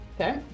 Okay